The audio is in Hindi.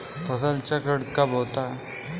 फसल चक्रण कब होता है?